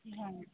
ਹਾਂਜੀ